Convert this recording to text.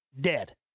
dead